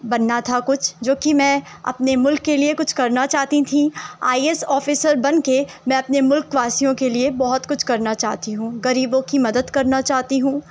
بننا تھا کچھ جو کہ میں اپنے ملک کے لیے کچھ کرنا چاہتی تھیں آئی ایس آفیسر بن کے میں اپنے ملک واسیوں کے لیے بہت کچھ کرنا چاہتی ہوں غریبوں کی مدد کرنا چاہتی ہوں